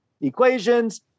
equations